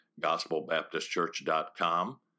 gospelbaptistchurch.com